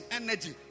energy